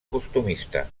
costumista